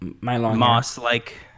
moss-like